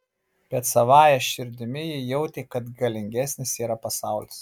bet savąja širdim ji jautė kad galingesnis yra pasaulis